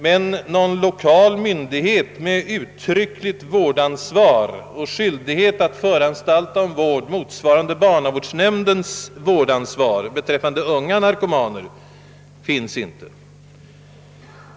Men någon lokal myndighet med uttryckligt vårdansvar och skyldighet att föranstalta om vård motsvarande barnavårdsnämndens vårdansvar beträffande unga narkomaner finns inte.